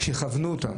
שיכוונו אותם,